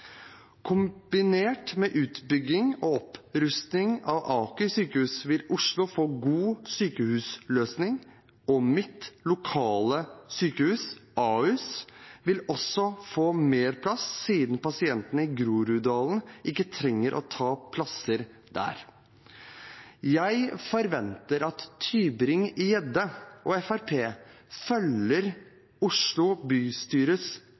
Kombinert med utbygging og opprustning av Aker sykehus vil Oslo få en god sykehusløsning, og mitt lokale sykehus, Ahus, vil også få mer plass siden pasientene i Groruddalen ikke trenger å ta plasser der. Jeg forventer at Tybring-Gjedde og Fremskrittspartiet følger Oslo bystyres klare oppfatning og